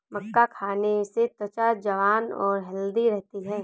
मक्का खाने से त्वचा जवान और हैल्दी रहती है